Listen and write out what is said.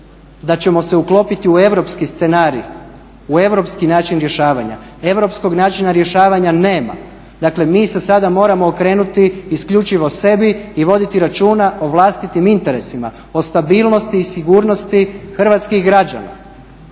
da ćemo se uklopiti u europski scenarij, u europski način rješavanja. Europskog načina rješavanja nema. Dakle, mi se sada moramo okrenuti isključivo sebi i voditi računa o vlastitim interesima, o stabilnosti i sigurnosti hrvatskih građana.